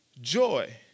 joy